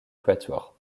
quatuor